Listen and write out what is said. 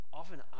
often